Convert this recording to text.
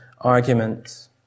argument